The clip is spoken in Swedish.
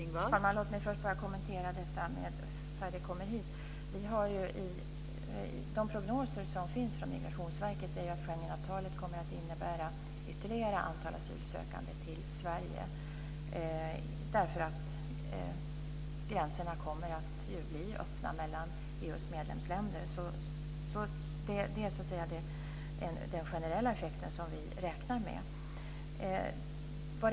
Fru talman! Låt mig först bara kommentera detta att färre kommer hit. De prognoser som finns från Migrationsverket säger att Schengenavtalet kommer att innebära ett ytterligare antal asylsökande till Sverige, eftersom gränserna mellan medlemsländerna kommer att bli öppna. Det är den generella effekt som vi räknar med.